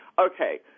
okay